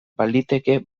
baliteke